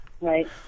right